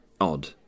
odd